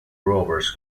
rovers